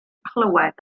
clywed